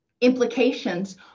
implications